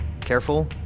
careful